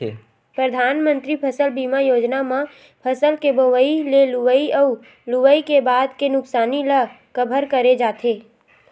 परधानमंतरी फसल बीमा योजना म फसल के बोवई ले लुवई अउ लुवई के बाद के नुकसानी ल कभर करे जाथे